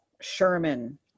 Sherman